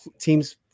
teams